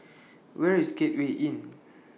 Where IS Gateway Inn